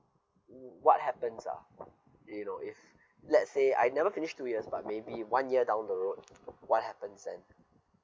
w~ what happens ah you know if let's say I never finish two years but maybe one year down the road what happens then